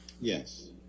yes